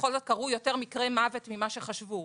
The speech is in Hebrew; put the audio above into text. בכל זאת קרו יותר מקרי מוות ממה שחשבו,